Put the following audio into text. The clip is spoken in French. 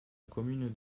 commune